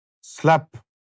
slap